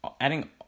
Adding